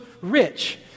rich